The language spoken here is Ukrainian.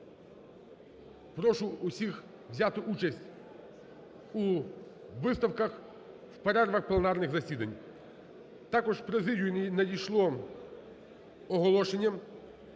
Прошу усіх взяти участь у виставках в перервах пленарних засідань. Також в президію надійшло оголошення,